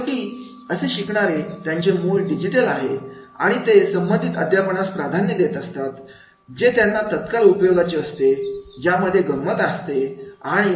शेवटी असे शिकणारे ज्यांचे मूळ डिजिटल आहे ते संबंधित अध्यापनास प्राधान्य देत असतात जे त्यांना तत्काल उपयोगाचे असते ज्यामध्ये गंमत असते